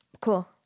Cool